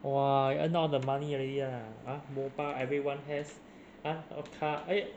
!wah! you earn all the money already ah mobile everyone has ah car eh